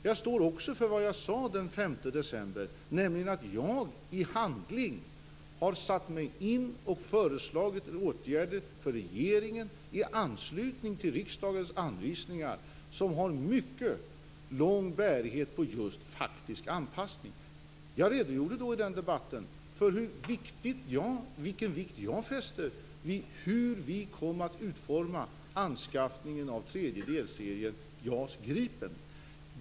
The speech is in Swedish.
Jag står också för vad jag sade den 5 december, nämligen att jag i handling har satt mig in i detta och föreslagit åtgärder för regeringen i anslutning till riksdagens anvisningar som har mycket lång bärighet på just faktisk anpassning. Jag redogjorde i den debatten för vilken vikt jag fäster vid hur vi kom att utforma anskaffandet av tredje delserien JAS Gripen.